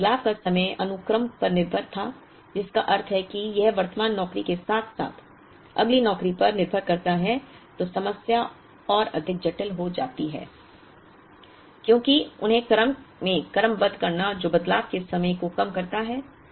यदि बदलाव का समय अनुक्रम पर निर्भर था जिसका अर्थ है कि यह वर्तमान नौकरी के साथ साथ अगली नौकरी पर निर्भर करता है तो समस्या और अधिक जटिल हो जाती है क्योंकि उन्हें क्रम में क्रमबद्ध करना जो बदलाव के समय को कम करता है